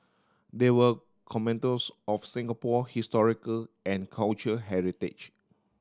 they were of Singapore historical and cultural heritage